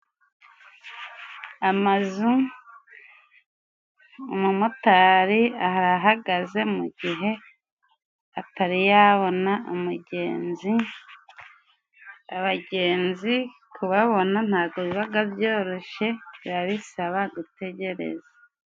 Amazu umumotari ahahagaze mugihe atari yabona umugenzi, abagenzi kubabona ntago biba byoroshye biba bisaba gutegereza.